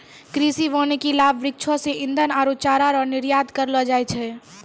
कृषि वानिकी लाभ वृक्षो से ईधन आरु चारा रो निर्यात करलो जाय छै